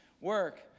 Work